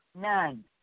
None